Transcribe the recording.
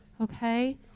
okay